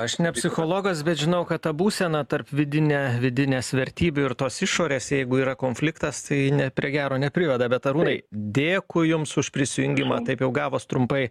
aš ne psichologas bet žinau kad ta būsena tarp vidinė vidinės vertybių ir tos išorės jeigu yra konfliktas tai ne prie gero nepriveda bet arūnai dėkui jums už prisijungimą taip jau gavos trumpai